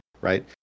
right